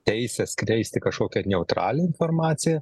teisę skleisti kažkokią neutralią informaciją